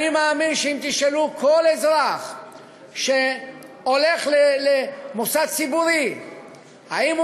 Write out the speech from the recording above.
אני מאמין שאם תשאלו כל אזרח שהולך למוסד ציבורי אם הוא